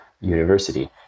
University